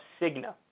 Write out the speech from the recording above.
Cigna